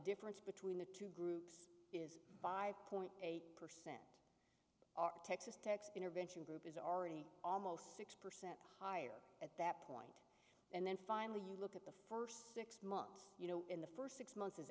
difference between the two groups is five point eight percent texas texas intervention group is already almost six percent higher at that point and then finally you look at the first six months you know in the first six months